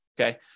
Okay